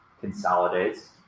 consolidates